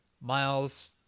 Miles